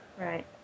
right